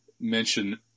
mention